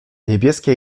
niebieskie